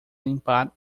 limpar